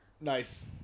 Nice